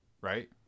right